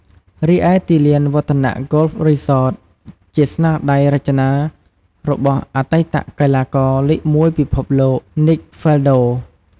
រីឯទីលាន Vattanac Golf Resort ជាស្នាដៃរចនារបស់អតីតកីឡាករលេខមួយពិភពលោក Nick Faldo។